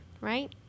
right